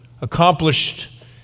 accomplished